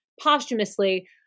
posthumously